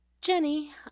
jenny